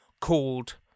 Called